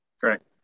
Correct